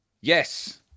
Yes